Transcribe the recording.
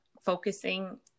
focusing